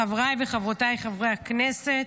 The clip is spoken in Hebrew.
חבריי וחברותיי חברי הכנסת,